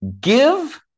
give